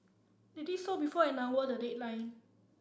they did so before an hour the deadline